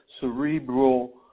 cerebral